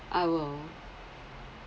I will